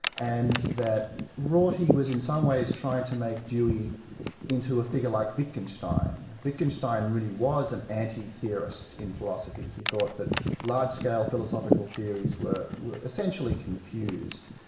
and that rorty was in some ways trying to make dewey into a figure like wittgenstein. wittgenstein really was an anti-theorist in philosophy. he thought that large-scale philosophical theories were were essentially confused,